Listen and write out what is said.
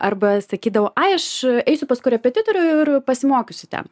arba sakydavo ai aš eisiu pas korepetitorių ir pasimokysiu ten